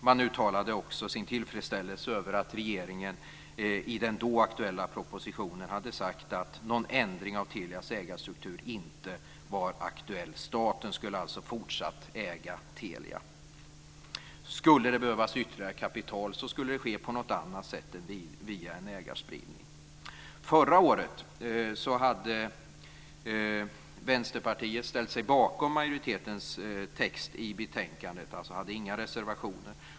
Man uttalade också sin tillfredsställelse över att regeringen i den då aktuella propositionen hade sagt att någon ändring av Telias ägarstruktur inte var aktuell. Staten skulle alltså fortsatt äga Telia. Om det skulle behövas ytterligare kapital skulle det ske på något annat sätt än via en ägarspridning. Förra året ställde sig Vänsterpartiet bakom majoritetens text i betänkandet. Man hade alltså inga reservationer.